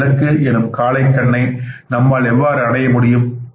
நமது இலக்கு என்னும் காளைக் கண்ணை நம்மால் எவ்வாறு அடைய முடியும்